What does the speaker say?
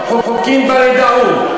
חוקים בל ידעום.